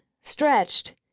stretched